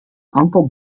aantal